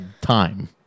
time